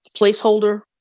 placeholder